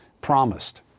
Promised